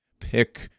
pick